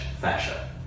fascia